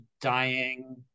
dying